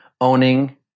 owning